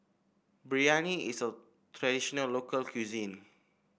biryani is a traditional local cuisine